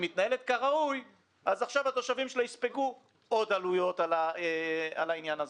שמתנהלת כראוי אז עכשיו התושבים שלה יספגו עוד עלויות על העניין הזה.